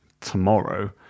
tomorrow